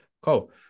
Cool